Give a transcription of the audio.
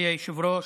מכובדי היושב-ראש,